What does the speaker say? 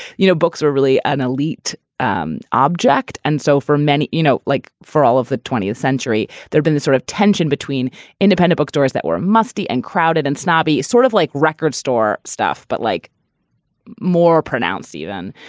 you know, books are really an elite um object. and so for many, you know, like for all of the twentieth century, there'd been this sort of tension between independent bookstores that were musty and crowded and snobby, sort of like record store stuff. but like more pronounced even.